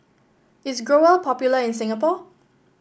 is Growell popular in Singapore